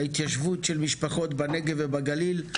ההתיישבות של משפחות בנגב ובגליל,